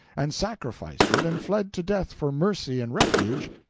and sacrificed it and fled to death for mercy and refuge,